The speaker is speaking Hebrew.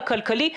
הכלכלי,